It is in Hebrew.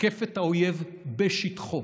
מתקפת האויב בשטחו,